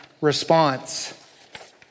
response